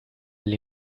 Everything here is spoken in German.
will